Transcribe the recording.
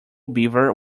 beaver